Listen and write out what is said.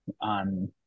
on